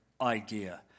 idea